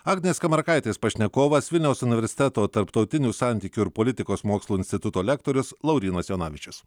agnės skamarakaitės pašnekovas vilniaus universiteto tarptautinių santykių ir politikos mokslų instituto lektorius laurynas jonavičius